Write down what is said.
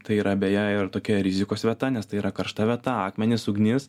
tai yra beje ir tokia rizikos vieta nes tai yra karšta vieta akmenys ugnis